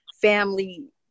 family